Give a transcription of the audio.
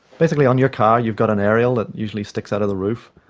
basically on your car you've got an aerial that usually sticks out the roof,